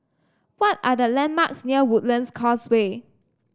what are the landmarks near Woodlands Causeway